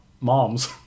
moms